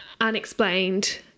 unexplained